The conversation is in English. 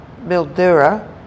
Mildura